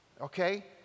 Okay